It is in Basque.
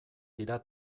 dira